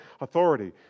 authority